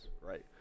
right